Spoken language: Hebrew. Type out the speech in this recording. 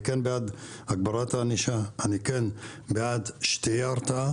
אני כן בעד הגברת הענישה, אני כן בעד שתהיה הרתעה